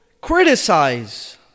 criticize